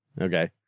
Okay